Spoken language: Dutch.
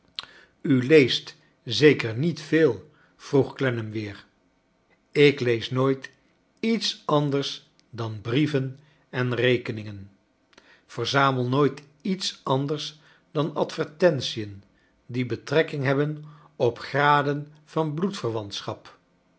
u leest zeker niet veel vroeg clennam weer ik lees nooit iets anders dan brieven en rekeningen verzamei nooit iets anders dan ad ver tent ien die betrekking hebben op graden van